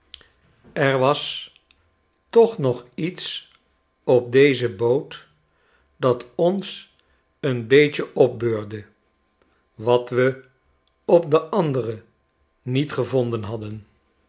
er was toch nog iets op deze boot dat ons een beetje opbeurde wat we op de anderen niet gevonden hadden